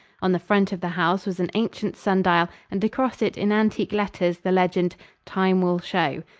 on the front of the house was an ancient sun-dial, and across it, in antique letters, the legend time will show.